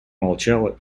молчала